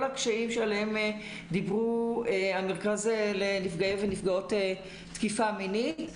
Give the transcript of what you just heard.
הקשיים שעליהם דיברו המרכז לנפגעי ונפגעות תקיפה מינית.